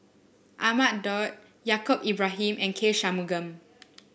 Ahmad Daud Yaacob Ibrahim and K Shanmugam